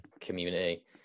community